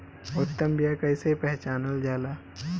उत्तम बीया कईसे पहचानल जाला?